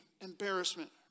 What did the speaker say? embarrassment